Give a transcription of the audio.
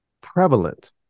prevalent